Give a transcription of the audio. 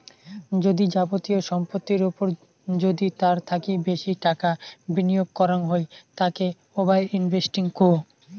যদি যাবতীয় সম্পত্তির ওপর যদি তার থাকি বেশি টাকা বিনিয়োগ করাঙ হই তাকে ওভার ইনভেস্টিং কহু